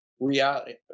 reality